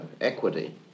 equity